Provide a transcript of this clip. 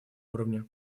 уровне